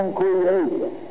creation